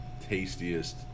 tastiest